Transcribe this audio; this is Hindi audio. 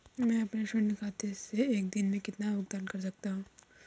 मैं अपने शून्य खाते से एक दिन में कितना भुगतान कर सकता हूँ?